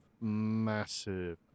massive